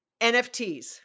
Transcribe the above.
NFTs